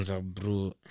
bro